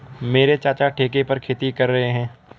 मेरे चाचा ठेके पर खेती कर रहे हैं